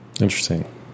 Interesting